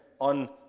on